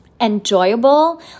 enjoyable